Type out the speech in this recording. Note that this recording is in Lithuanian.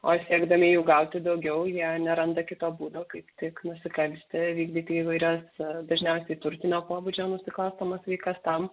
o siekdami jų gauti daugiau jie neranda kito būdo kaip tik nusikalsti vykdyti įvairias dažniausiai turtinio pobūdžio nusikalstamas veikas tam